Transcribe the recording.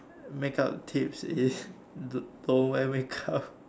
uh make up tips is d~ don't wear make up